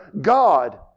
God